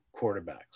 quarterbacks